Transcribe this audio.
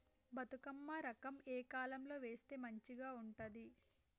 బతుకమ్మ రకం ఏ కాలం లో వేస్తే మంచిగా ఉంటది?